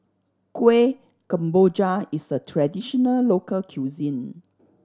Kueh Kemboja is a traditional local cuisine